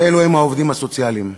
ואלו הם העובדים הסוציאליים.